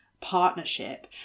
partnership